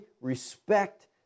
respect